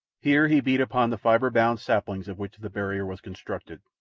here he beat upon the fibre-bound saplings of which the barrier was constructed,